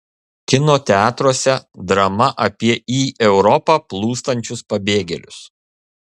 kino teatruose drama apie į europą plūstančius pabėgėlius